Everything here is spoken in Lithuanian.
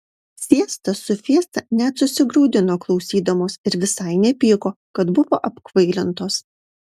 siesta su fiesta net susigraudino klausydamos ir visai nepyko kad buvo apkvailintos